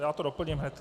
Já to doplním hned.